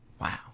Wow